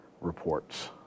reports